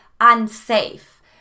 unsafe